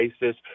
basis